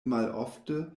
malofte